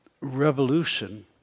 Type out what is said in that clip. revolution